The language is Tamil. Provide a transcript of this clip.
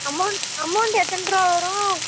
அமௌண்ட் அமௌண்ட் எத்தனை ருபா வரும்